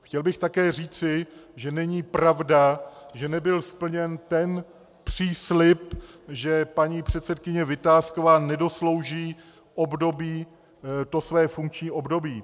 Chtěl bych také říci, že není pravda, že nebyl splněn ten příslib, že paní předsedkyně Vitásková nedoslouží své funkční období.